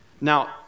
Now